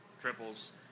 triples